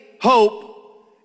hope